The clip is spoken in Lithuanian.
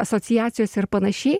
asociacijos ir panašiai